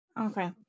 Okay